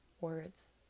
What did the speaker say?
words